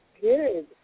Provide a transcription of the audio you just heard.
Good